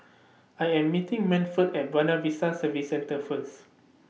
I Am meeting Manford At Buona Vista Service Centre First